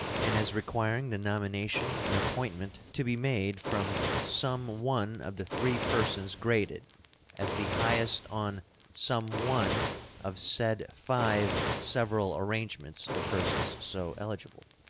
and as requiring the nomination and appointment to be made from some one of the three persons graded as the highest on some one of said five several arrangements of persons so eligible.